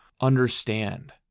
understand